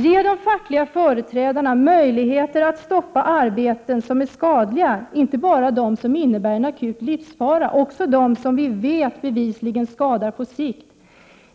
Ge de fackliga företrädarna möjligheter att stoppa arbeten som är skadliga, inte bara de som innebär en akut livsfara, utan också de som vi vet bevisligen skadar på sikt.